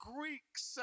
Greeks